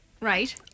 Right